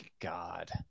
God